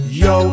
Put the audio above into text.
yo